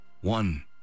one